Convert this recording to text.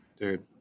Dude